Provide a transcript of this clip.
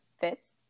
fits